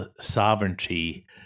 sovereignty